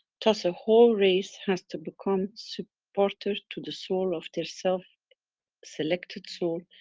thus a whole race has to become supporter to the soul of their self selected soul,